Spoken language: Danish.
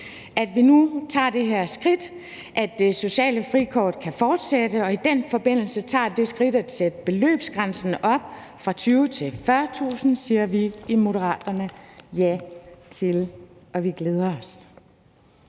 At vi nu tager det her skridt, at det sociale frikort kan fortsætte, og at vi i den forbindelse tager det skridt at sætte beløbsgrænsen op fra 20.000 til 40.000 kr., siger vi i Moderaterne ja til, og vi glæder os.